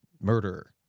murderer